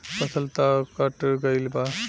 फसल तऽ कट गइल बा